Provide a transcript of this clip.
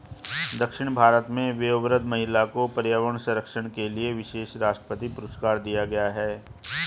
दक्षिण भारत में वयोवृद्ध महिला को पर्यावरण संरक्षण के लिए विशेष राष्ट्रपति पुरस्कार दिया गया है